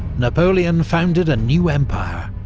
napoleon founded a new empire,